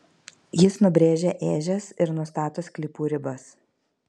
jis nubrėžia ežias ir nustato sklypų ribas